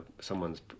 someone's